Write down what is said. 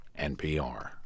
NPR